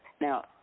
Now